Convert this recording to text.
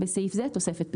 (בסעיף זה תוספת פיגור).